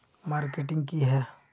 Marketing की है?